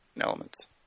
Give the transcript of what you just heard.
elements